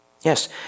Yes